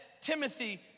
Timothy